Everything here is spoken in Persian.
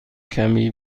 کمی